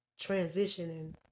transitioning